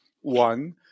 one